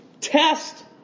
Test